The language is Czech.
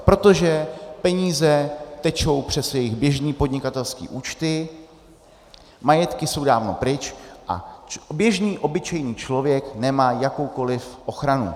Protože peníze tečou přes jejich běžné podnikatelské účty, majetky jsou dávno pryč a běžný obyčejný člověk nemá jakoukoliv ochranu.